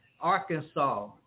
Arkansas